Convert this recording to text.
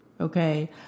okay